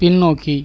பின்னோக்கி